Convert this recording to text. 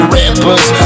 rappers